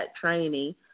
training